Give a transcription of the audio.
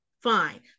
fine